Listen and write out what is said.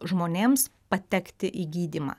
žmonėms patekti į gydymą